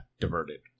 diverted